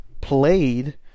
played